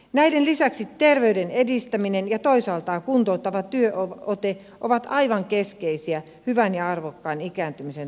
näiden lisäksi terveyden edistäminen ja toisaaltaan kuntouttava työote ovat aivan keskeisiä hyvän ja arvokkaan ikääntymisen turvaamisessa